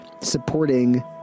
supporting